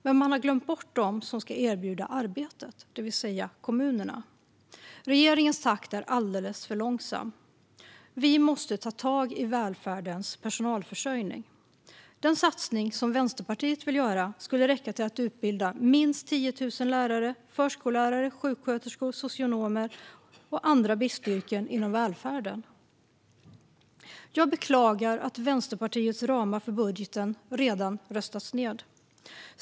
Men man har glömt bort dem som ska erbjuda arbeten, det vill säga kommunerna. Regeringens takt är alldeles för långsam. Vi måste ta tag i välfärdens personalförsörjning. Den satsning som Vänsterpartiet vill göra skulle räcka till att utbilda minst 10 000 lärare, förskollärare, sjuksköterskor, socionomer och andra bristyrken inom välfärden. Jag beklagar att Vänsterpartiets ramar för budgeten redan har röstats ned.